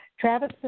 Travis